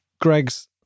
Greg's